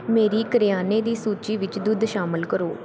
ਮੇਰੀ ਕਰਿਆਨੇ ਦੀ ਸੂਚੀ ਵਿੱਚ ਦੁੱਧ ਸ਼ਾਮਲ ਕਰੋ